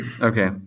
Okay